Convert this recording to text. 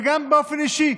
וגם באופן אישי,